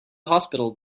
hospital